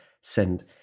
send